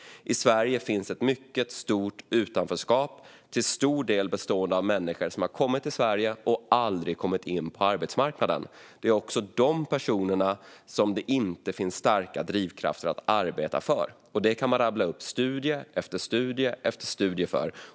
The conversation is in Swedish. I Sverige finns ett mycket stort utanförskap, till stor del bestående av människor som har kommit till Sverige och aldrig kommit in på arbetsmarknaden. Det är också för dessa personer som det inte finns starka drivkrafter att arbeta. Man kan rabbla upp studie efter studie om detta.